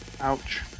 Ouch